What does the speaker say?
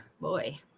Boy